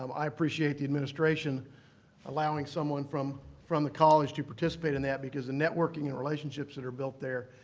um i appreciate the administration allowing someone from from the college to participate in that, because the networking and relationships that are built there,